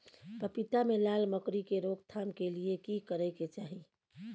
पपीता मे लाल मकरी के रोक थाम के लिये की करै के चाही?